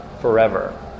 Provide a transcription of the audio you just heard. forever